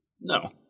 no